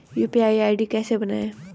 UPI ID कैसे बनाएं?